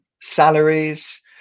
salaries